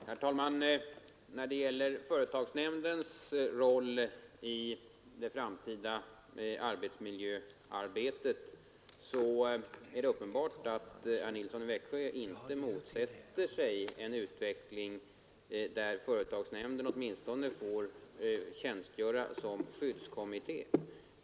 Herr talman! När det gäller företagsnämndens roll i det framtida arbetsmiljöarbetet är det uppenbart att herr Nilsson i Växjö inte motsätter sig en utveckling som innebär att företagsnämnden åtminstone får tjänstgöra som skyddskommitté.